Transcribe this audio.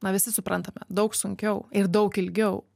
na visi suprantame daug sunkiau ir daug ilgiau